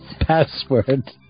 Password